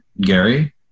Gary